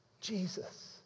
Jesus